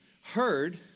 heard